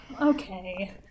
Okay